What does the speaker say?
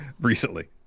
recently